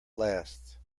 last